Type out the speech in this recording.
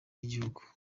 ry’igihugu